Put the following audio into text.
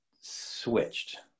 switched